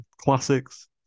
classics